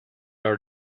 are